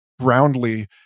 roundly